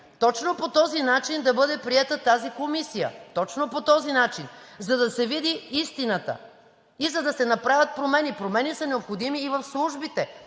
точно по този начин да бъде приета тази комисия. Точно по този начин! За да се види истината и за да се направят промени. Промени са необходими и в службите,